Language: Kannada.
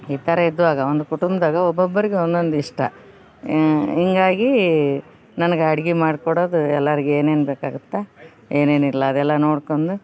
ಈ ಥರ ಇದ್ದುವಾಗ ಒಂದು ಕುಟುಂಬ್ದಾಗ ಒಬ್ಬೊಬ್ರಿಗೆ ಒಂದೊಂದು ಇಷ್ಟ ಹಿಂಗಾಗಿ ನನ್ಗ ಅಡ್ಗಿ ಮಾಡ್ಕೊಡೋದು ಎಲಾರ್ಗ ಏನೇನು ಬೇಕಾಗುತ್ತೆ ಏನೇನು ಇಲ್ಲ ಅದೆಲ್ಲ ನೋಡ್ಕೊಂದು